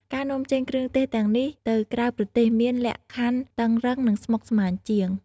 ការនាំចេញគ្រឿងទេសទាំងនេះទៅក្រៅប្រទេសមានលក្ខខណ្ឌតឹងរ៉ឹង និងស្មុគស្មាញជាង។